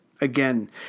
again